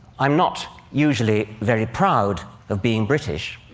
i'm not usually very proud of being british,